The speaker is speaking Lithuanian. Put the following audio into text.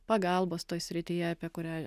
pagalbos toj srityje apie kurią